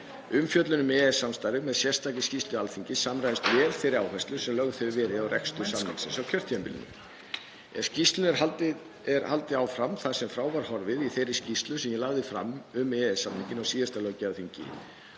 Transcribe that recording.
Umfjöllun um EES-samstarfið með sérstakri skýrslu Alþingis samræmist vel þeirri áherslu sem lögð hefur verið á rekstur samningsins á kjörtímabilinu. Í skýrslunni er haldið áfram þar sem frá var horfið í þeirri skýrslu sem ég lagði fram um EES-samninginn á síðasta löggjafarþingi